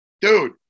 Dude